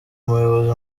umuyobozi